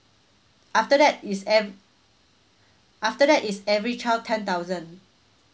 after that is ev~ after that is every child ten thousand